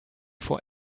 vor